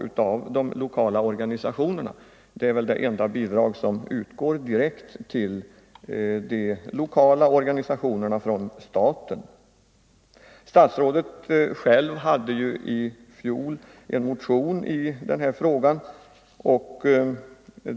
Det är väl det enda bidrag från staten som utgår direkt till de lokala organisationerna. Statsrådet hade själv en motion i frågan i fjol.